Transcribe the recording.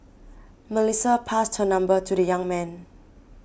Melissa passed her number to the young man